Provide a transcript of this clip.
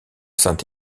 saint